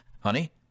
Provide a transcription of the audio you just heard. Honey